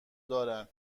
دارن